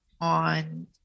on